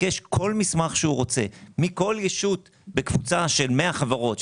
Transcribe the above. לבקש כל מסמך שהוא רוצה מכל ישות בקבוצה של 100 חברות,